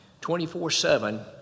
24/7